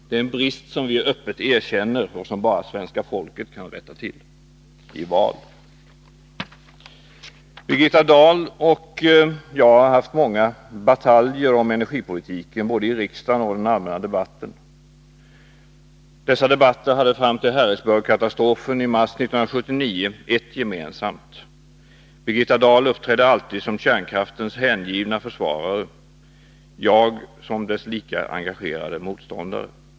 Det är en brist som vi öppet erkänner och som bara svenska folket i val kan rätta till. Birgitta Dahl och jag har haft många bataljer om energipolitiken, både i riksdagen och i den allmänna debatten. Dessa debatter hade fram till Harrisburgkatastrofen i mars 1979 ett gemensamt: Birgitta Dahl uppträdde alltid som kärnkraftens hängivna försvarare, jag som dess lika engagerade motståndare.